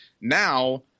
Now